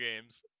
games